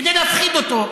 כדי להפחיד אותו,